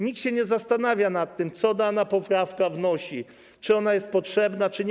Nikt się nie zastanawia nad, co dana poprawka wnosi, czy ona jest potrzebna, czy nie.